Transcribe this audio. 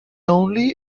only